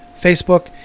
Facebook